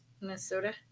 Minnesota